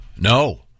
No